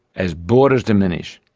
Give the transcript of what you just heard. as borders diminish,